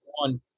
One